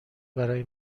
برای